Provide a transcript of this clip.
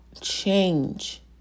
change